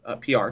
PR